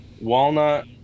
walnut